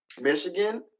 Michigan